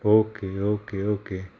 okay okay okay